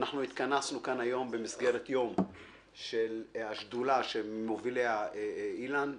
התכנסנו כאן היום במסגרת יום השדולה שמוביל אילן גילאון,